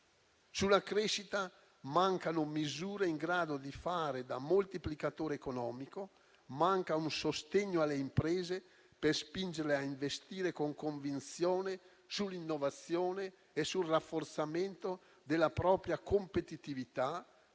Sulla crescita, mancano misure in grado di fare da moltiplicatore economico. Manca un sostegno alle imprese per spingerle a investire con convinzione sull'innovazione e sul rafforzamento della propria competitività,